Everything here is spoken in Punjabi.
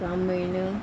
ਗ੍ਰਾਮੀਣ